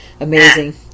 Amazing